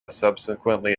subsequently